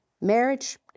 marriage